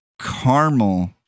caramel